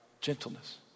gentleness